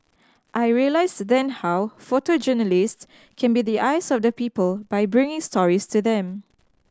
I realised then how photojournalists can be the eyes of the people by bringing stories to them